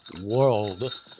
World